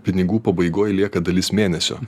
pinigų pabaigoj lieka dalis mėnesio